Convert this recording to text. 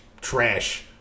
trash